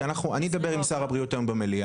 כי אנחנו, אני אדבר עם שר הבריאות היום במליאה.